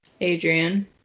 Adrian